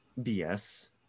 BS